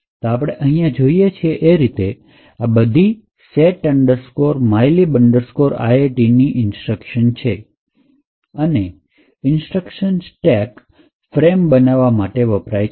તો આપણે અહીંયા જોઈએ છે એ રીતે આ બધી set mylib intની ઇન્સ્ટ્રક્શન છે અને ઇન્સ્ટ્રક્શન સ્ટેક ફ્રેમ બનાવવા માટે વપરાય છે